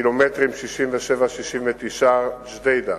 2. הקילומטרים 67 69, ג'דיידה,